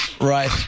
Right